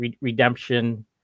redemption